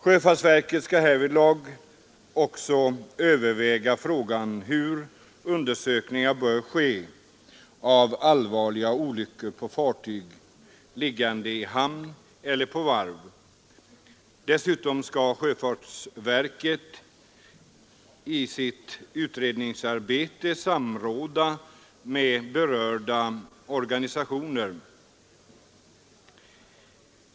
Sjöfartsverket skall härvidlag också överväga frågan hur undersökning bör göras av allvarliga olyckor på fartyg liggande i hamn eller på varv. Dessutom skall sjöfartsverket i sitt utredningsarbete samråda med berörda organisationer.